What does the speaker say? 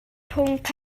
pwnc